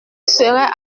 serait